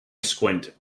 squint